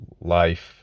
life